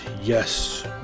Yes